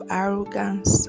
arrogance